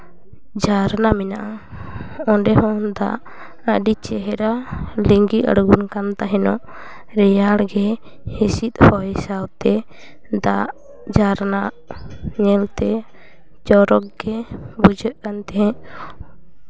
ᱡᱷᱟᱨᱱᱟ ᱢᱮᱱᱟᱜᱼᱟ ᱚᱰᱮ ᱦᱚᱸ ᱫᱟᱜ ᱟᱹᱰᱤ ᱪᱮᱦᱨᱟ ᱞᱤᱸᱜᱤ ᱟᱲᱜᱚᱱ ᱠᱟᱱ ᱛᱟᱦᱮᱸᱱᱟ ᱨᱮᱭᱟᱲ ᱜᱮ ᱦᱤᱸᱥᱤᱫ ᱦᱚᱭ ᱥᱟᱶᱛᱮ ᱫᱟᱜ ᱡᱷᱟᱨᱱᱟᱜ ᱧᱮᱞᱛᱮ ᱪᱚᱨᱚᱠ ᱜᱮ ᱵᱩᱡᱷᱟᱹᱜ ᱠᱟᱱ ᱛᱟᱦᱮᱸᱫ